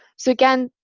so again,